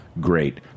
great